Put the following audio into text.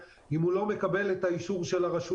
אם הוא לא מקבל את האישור של הרשויות.